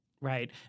right